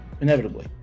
Inevitably